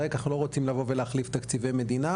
כי אנחנו לא רוצים לבוא ולהחליף את תקציבי המדינה,